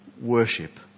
Worship